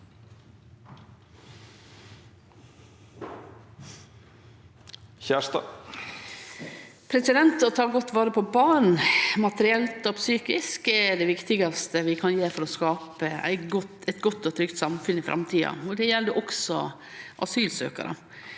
Kjerstad (SV) Å ta godt vare på barn materielt og psykisk er det viktigaste vi kan gjere for å skape eit godt og trygt samfunn i framtida. Det gjeld også asylsøkjarar.